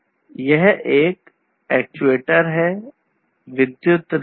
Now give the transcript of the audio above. तो यह एक एक्ट्यूएटर है एक विद्युत रिले